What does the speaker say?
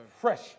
Fresh